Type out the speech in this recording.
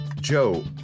Joe